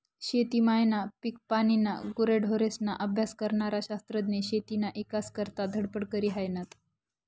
शेती मायना, पिकपानीना, गुरेढोरेस्ना अभ्यास करनारा शास्त्रज्ञ शेतीना ईकास करता धडपड करी हायनात